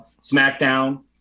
SmackDown